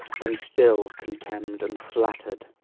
than still contemn'd and flatter'd.